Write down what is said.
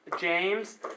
james